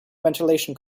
ventilation